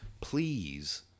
please